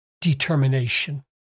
determination